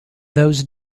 those